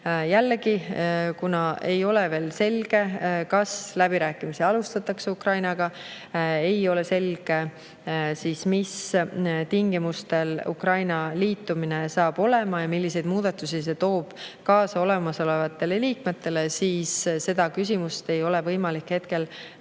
Jällegi, kuna ei ole veel selge, kas läbirääkimisi Ukrainaga alustatakse, ei ole ka selge, mis tingimustel Ukraina liitumine saab olema ja milliseid muudatusi see toob kaasa olemasolevatele liikmetele. Nii et sellele küsimusele ei ole võimalik hetkel vastata.